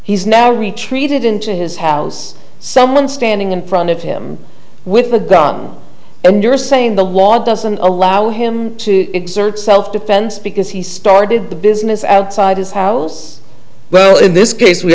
he's now retreated into his house someone standing in front of him with a gun and you're saying the law doesn't allow him to exert self defense because he started the business outside his house well in this case we